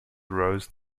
rose